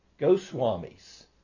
Goswamis